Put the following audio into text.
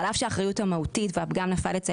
על אף שהאחריות המהותית והפגם נפל אצל